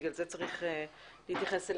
בגלל זה צריך להתייחס אליהם.